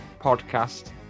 podcast